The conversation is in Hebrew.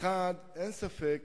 האחד, אין ספק